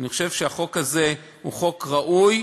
אני חושב שהחוק הזה הוא חוק ראוי.